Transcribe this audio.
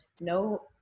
no